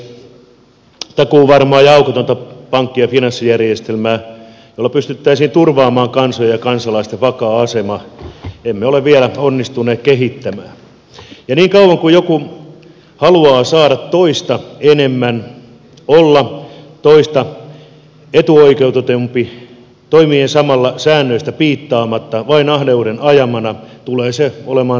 takuuvarmaa ja aukotonta pankki ja finanssijärjestelmää jolla pystyttäisiin turvaamaan kansojen ja kansalaisten vakaa asema emme ole vielä onnistuneet kehittämään ja niin kauan kuin joku haluaa saada toista enemmän olla toista etuoikeutetumpi toimien samalla säännöistä piittaamatta vain ahneuden ajamana tulee se olemaan todellinen haaste